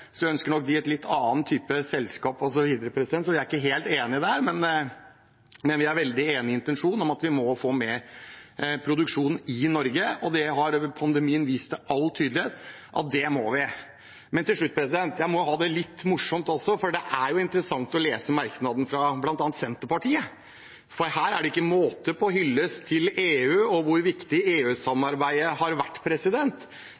ønsker nok et litt annet type selskap osv., så vi er ikke helt enig der, men vi er veldig enig i intensjonen om at vi må få mer produksjon i Norge. Det har pandemien vist med all tydelighet at vi må. Til slutt må jeg ha det litt morsomt også, for det er interessant å lese merknaden fra bl.a. Senterpartiet. Der er det ikke måte på hyllest av EU og hvor viktig